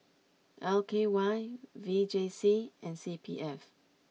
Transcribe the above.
L K Y V J C and C P F